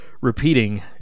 repeating